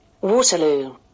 Waterloo